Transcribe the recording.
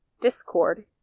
discord